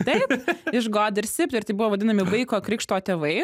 taip iš god ir sip ir tai buvo vadinami vaiko krikšto tėvai